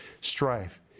strife